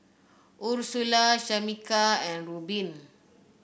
Ursula Shamika and Reubin